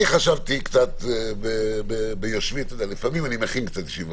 אני חשבתי קצת לפעמים אני מכין קצת ישיבות,